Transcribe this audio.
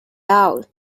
out